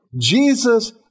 Jesus